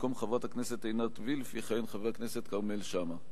במקום חברת הכנסת עינת וילף יכהן חבר הכנסת כרמל שאמה.